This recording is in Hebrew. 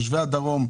את תושבי הדרום,